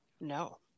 No